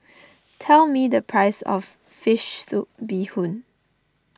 tell me the price of Fish Soup Bee Hoon